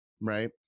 right